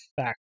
fact